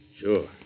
Sure